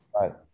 Right